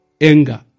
anger